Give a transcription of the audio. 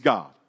God